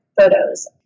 photos